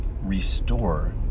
restore